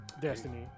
Destiny